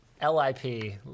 L-I-P